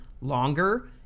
longer